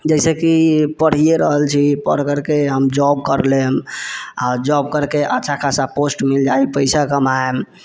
जैसेकी पढ़िए रहल छी पढ़करके हम जॉब कर लेम आओर जॉब करके अच्छा खासा पोस्ट मिल जायत पैसा कमायम